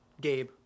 Gabe